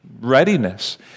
readiness